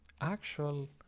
actual